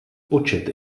počet